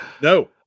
No